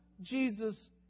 Jesus